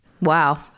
Wow